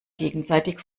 gegenseitig